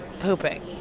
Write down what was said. pooping